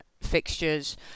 fixtures